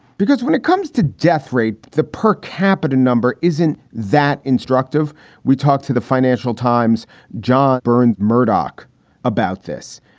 because when it comes to death rate, the per capita number isn't that instructive we talked to the financial times john burns murdoch about this.